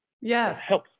Yes